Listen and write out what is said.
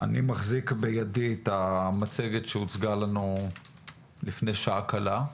אני מחזיק את המצגת שהוצגה לנו לפני שעה קלה,